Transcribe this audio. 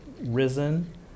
risen